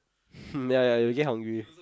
hmm ya ya you'll get hungry